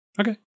Okay